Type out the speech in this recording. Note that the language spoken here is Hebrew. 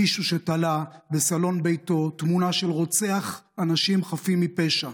מישהו שתלה בסלון ביתו תמונה של רוצח אנשים חפים מפשע,